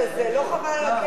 לא חבל על הכסף?